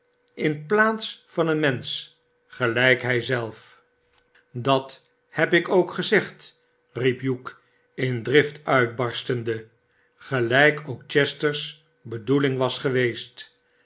in plaats van een mensch gelijk hij zelf sdat heb ik k gezegd riep hugh in drift uitbarstende gelijk k chester's bedoeling was geweest